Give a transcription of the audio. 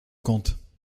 compte